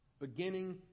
beginning